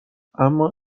اما